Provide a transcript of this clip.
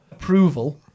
Approval